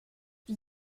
die